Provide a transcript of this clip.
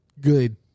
good